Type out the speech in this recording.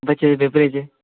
बच्चें दे कपड़ें च